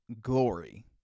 glory